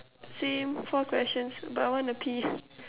same four questions but I wanna pee